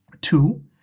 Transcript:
Two